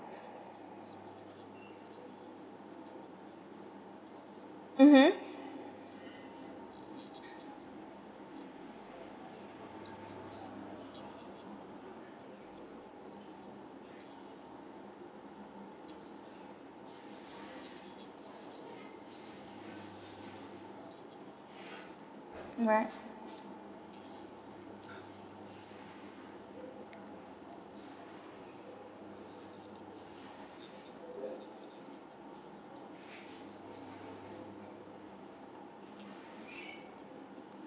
mmhmm right